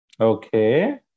Okay